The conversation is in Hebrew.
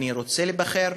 אני רוצה להיבחר,